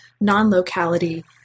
non-locality